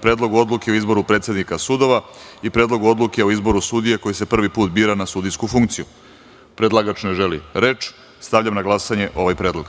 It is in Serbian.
Predlogu odluke o izboru predsednika sudova i Predlogu odluke o izboru sudije koji se prvi put bira na sudijsku funkciju. Predlagač ne želi reč. Stavljam na glasanje ovaj predlog.